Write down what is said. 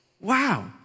wow